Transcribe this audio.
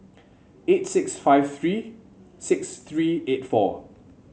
eight six five three six three eight four